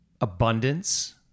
abundance